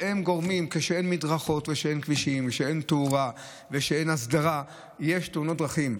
כשאין מדרכות וכשאין כבישים וכשאין תאורה וכשאין הסדרה יש תאונות דרכים.